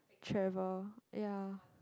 travel ya